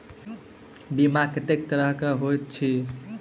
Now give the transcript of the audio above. बीमा कत्तेक तरह कऽ होइत छी?